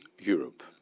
Europe